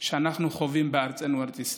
שאנחנו חווים בארצנו, ארץ ישראל.